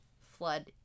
flood